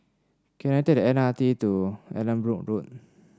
can I take the M R T to Allanbrooke Road